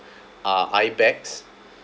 uh eye bags